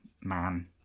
man